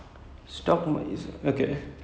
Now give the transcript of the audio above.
so is like he and his son lah